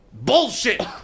bullshit